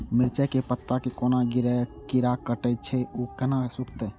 मिरचाय के पत्ता के कोन कीरा कटे छे ऊ केना रुकते?